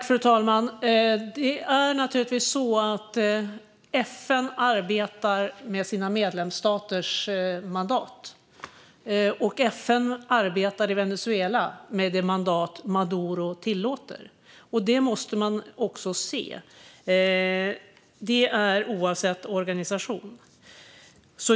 Fru talman! FN arbetar med sina medlemsstaters mandat. FN arbetar i Venezuela med det mandat som Maduro tillåter. Det måste man också se. Det gäller oavsett organisation.